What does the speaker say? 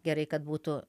gerai kad būtų